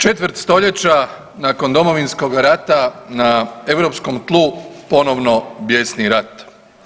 Četvrt stoljeća nakon Domovinskog rata na europskom tlu ponovno bijesni rat.